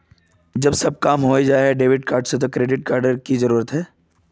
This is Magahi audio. जब सब काम होबे जाय है डेबिट कार्ड से तो क्रेडिट कार्ड की कोन जरूरत है?